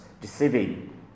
deceiving